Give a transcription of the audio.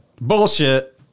bullshit